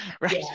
Right